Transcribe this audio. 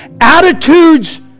Attitudes